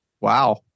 Wow